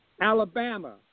Alabama